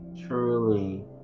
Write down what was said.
truly